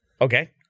okay